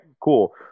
cool